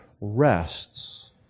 rests